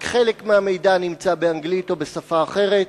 רק חלק מהמידע נמצא באנגלית או בשפה אחרת,